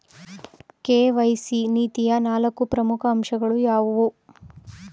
KYC ನೀತಿಯ ನಾಲ್ಕು ಪ್ರಮುಖ ಅಂಶಗಳು ಯಾವುವು?